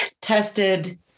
tested